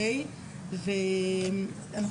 לפי הוראות החוק,